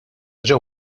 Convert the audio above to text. ġew